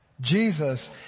Jesus